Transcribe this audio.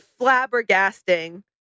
flabbergasting